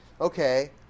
okay